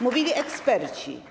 Mówili eksperci.